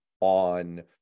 on